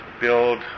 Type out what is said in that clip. build